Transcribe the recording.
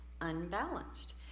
unbalanced